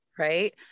right